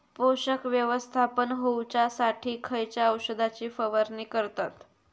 पोषक व्यवस्थापन होऊच्यासाठी खयच्या औषधाची फवारणी करतत?